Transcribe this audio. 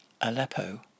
Aleppo